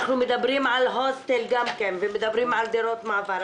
אנחנו מדברים על הוסטל ועל דירות מעבר.